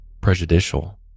prejudicial